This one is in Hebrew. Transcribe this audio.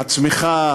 הצמיחה,